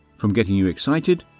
from getting you excited,